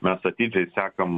mes atidžiai sekam